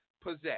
possess